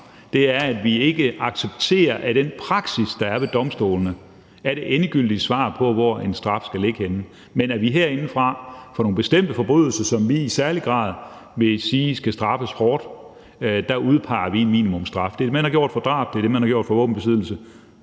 er, at vi ikke accepterer, at den praksis, der er ved domstolene, er det endegyldige svar på, hvor en straf skal ligge, men at vi herindefra for nogle bestemte forbrydelser, som vi i særlig grad vil sige skal straffes hårdt, fastsætter en minimumsstraf. Det er det, man har gjort med hensyn til drab, og det er det, man har gjort med hensyn til våbenbesiddelse,